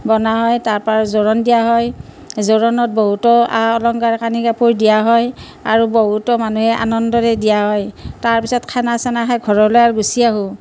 বনোৱা হয় তাৰ পৰা জোৰণ দিয়া হয় জোৰণত বহুতো আ অলংকাৰ কানি কাপোৰ দিয়া হয় আৰু বহুতো মানুহে আনন্দৰে দিয়া হয় তাৰ পিছত খানা চানা শেষ হৈ ঘৰলে আৰু গুচি আহোঁ